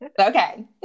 Okay